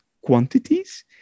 quantities